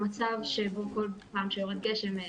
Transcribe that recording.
במצב שבו כל פעם שיורד גשם,